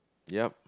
yup